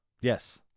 Yes